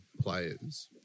players